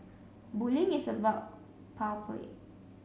bullying is about power play